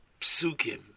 psukim